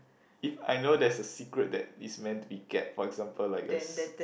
if I know there's a secret that is meant to be kept for example like a s~